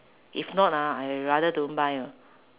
if not ah I rather don't buy ah